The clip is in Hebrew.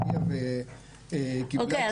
שהגיעה וקיבלה --- אוקיי,